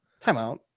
timeout